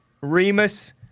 Remus